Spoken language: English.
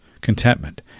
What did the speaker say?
contentment